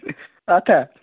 اَتھ ہا